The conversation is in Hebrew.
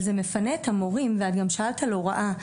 אבל זה מפנה את המורים ואת גם שאלת על הוראה,